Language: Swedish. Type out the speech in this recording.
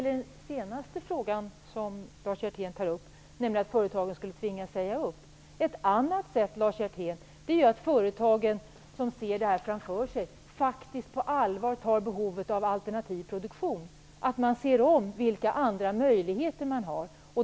Fru talman! Lars Hjertén säger att företagen skulle tvingas säga upp folk. Ett annat sätt, Lars Hjertén, är att de företag som ser det här framför sig tar behovet av alternativ produktion på allvar och ser vilka andra möjligheter man har.